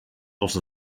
els